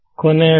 ಅಷ್ಟೇ